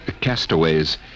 castaways